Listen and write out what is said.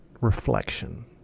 reflection